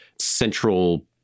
central